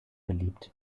beliebt